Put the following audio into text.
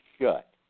shut